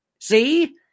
See